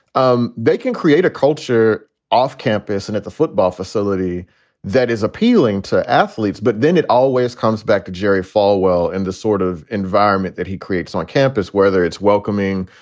um they can create a culture off campus and at the football facility that is appealing to athletes. but then it always comes back to jerry falwell in the sort of environment that he creates on campus, whether it's welcoming,